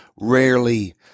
rarely